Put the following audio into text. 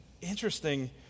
interesting